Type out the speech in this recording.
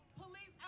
police